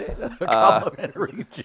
complimentary